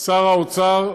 שר האוצר,